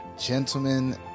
gentlemen